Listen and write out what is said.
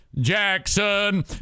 Jackson